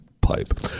pipe